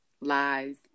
lies